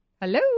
hello